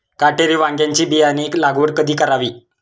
काटेरी वांग्याची बियाणे लागवड कधी करावी?